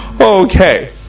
Okay